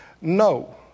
No